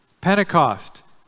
Pentecost